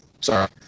Sorry